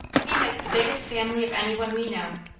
he has the biggest family of any one we know.